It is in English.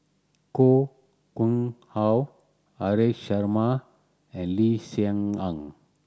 Koh Nguang How Haresh Sharma and Lee Hsien Yang